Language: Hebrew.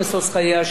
וגם לא של שר האוצר.